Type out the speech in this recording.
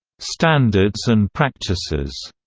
standards and practices,